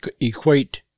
equate